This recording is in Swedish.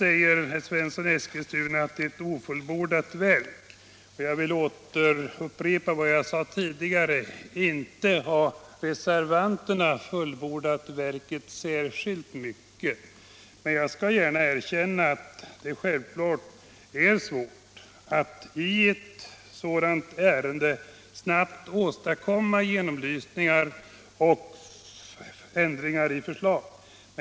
Herr Svensson i Eskilstuna säger att propositionen är ett ofullbordat verk. Jag upprepar vad jag sade tidigare: Inte har reservanterna fullbordat verket särskilt mycket. Men jag skall gärna erkänna att det är svårt att i ett sådant här ärende snabbt åstadkomma en genomlysning och genomföra ändringar i ett förslag.